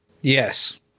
Yes